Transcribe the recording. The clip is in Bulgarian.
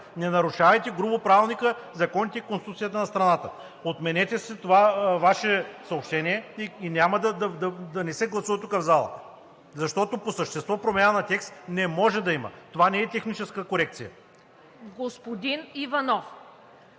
Не нарушавайте грубо Правилника, законите и Конституцията на страната. Отменете си това Ваше съобщение и да не се гласува тук в залата, защото по същество промяна на текст не може да има. Това не е техническа корекция. ПРЕДСЕДАТЕЛ